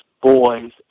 boys